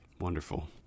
Wonderful